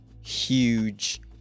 huge